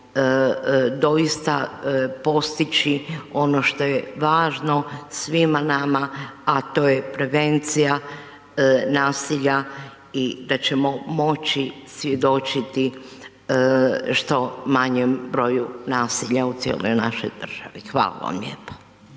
doista postići ono što je važno svima nama a to je prevencija nasilja i da ćemo moći svjedočiti što manjem broju nasilja u cijeloj našoj državi. Hvala vam lijepo.